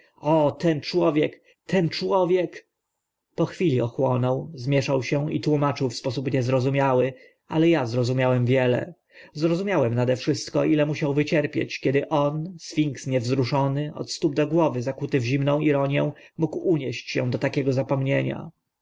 ten człowiek ten człowiek po chwili ochłonął zmieszał się i tłumaczył w sposób niezrozumiały ale a zrozumiałem wiele zrozumiałem nade wszystko ile musiał wycierpieć kiedy on sfinks niewzruszony od stóp do głowy zakuty w zimną ironię mógł unieść się do takiego zapomnienia